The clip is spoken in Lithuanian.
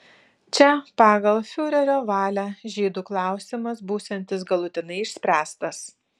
čia pagal fiurerio valią žydų klausimas būsiantis galutinai išspręstas